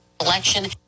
election